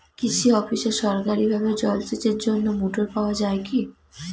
কৃষি অফিসে সরকারিভাবে জল সেচের জন্য মোটর পাওয়া যায় কি?